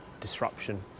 disruption